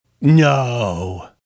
No